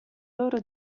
loro